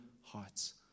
hearts